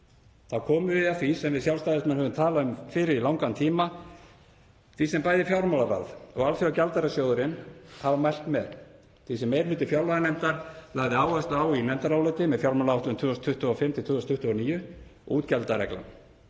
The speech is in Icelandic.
Þá komum við að því sem við Sjálfstæðismenn höfum talað fyrir í langan tíma, því sem bæði fjármálaráð og Alþjóðagjaldeyrissjóðurinn hafa mælt með, því sem meiri hluti fjárlaganefndar lagði áherslu á í nefndaráliti með fjármálaáætlun 2025–2029, útgjaldareglunni.